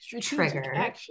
trigger